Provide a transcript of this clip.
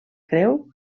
creu